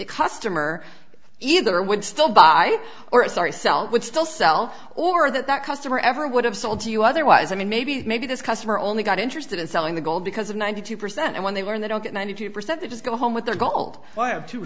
customer either would still buy or sorry sell would still sell or that that customer ever would have sold to you otherwise i mean maybe maybe this customer only got interested in selling the gold because of ninety two percent when they were in they don't get ninety percent they just go home with their go